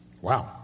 wow